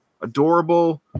adorable